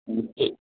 okay